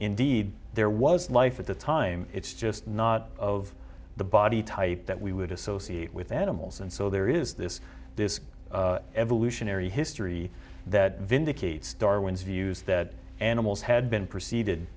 indeed there was life at the time it's just not of the body type that we would associate with animals and so there is this this evolutionary history that vindicates darwin's views that animals had been preceded